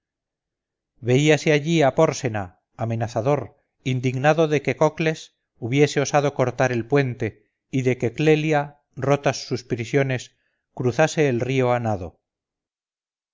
veíase allí a pórsena amenazador indignado de que cocles hubiese osado cortar el puente y de que clelia rotas sus prisiones cruzase el río a nado